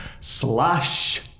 slash